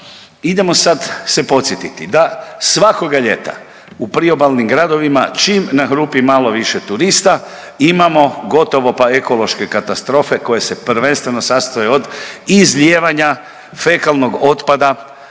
idemo sad se podsjetiti da svakoga ljeta u priobalnim gradovima čim nahrupi malo više turista imamo gotovo pa ekološke katastrofe koje se prvenstveno sastoje od izlijevanja fekalnog otpada